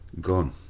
gone